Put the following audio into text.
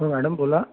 हो मॅडम बोला